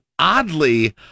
Oddly